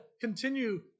continue